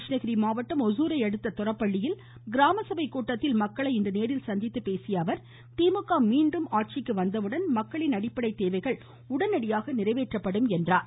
கிருஷ்ணகிரி மாவட்டம் கிராமசபைக் ஒசூரை அடுத்த தொரப்பள்ளியில் கூட்டத்தில் மக்களை இன்று நேரில் சந்தித்த அவர் திமுக மீண்டும் ஆட்சிக்கு வந்தவுடன் மக்களின் அடிப்படை தேவைகள் உடனடியாக நிறைவேற்றப்படும் என்றார்